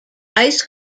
ice